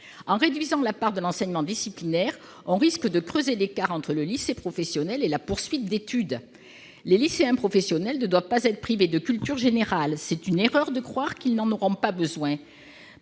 En réduisant la part de l'enseignement disciplinaire, on risque de creuser l'écart entre le lycée professionnel et la poursuite d'études. Les lycéens professionnels ne doivent pas être privés de culture générale. C'est une erreur de croire qu'ils n'en auront pas besoin.